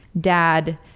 dad